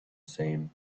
same